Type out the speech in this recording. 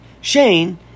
Shane